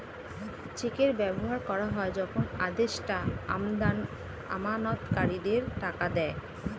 চেকের ব্যবহার করা হয় যখন আদেষ্টা আমানতকারীদের টাকা দেয়